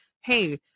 Hey